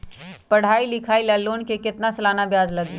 पढाई लिखाई ला लोन के कितना सालाना ब्याज लगी?